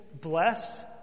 blessed